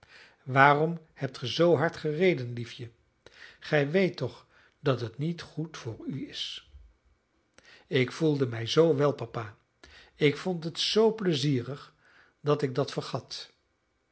waarom hebt ge zoo hard gereden liefje gij weet toch dat het niet goed voor u is ik voelde mij zoo wel papa en vond het z pleizierig dat ik dat vergat